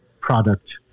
product